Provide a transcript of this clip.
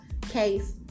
case